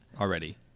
already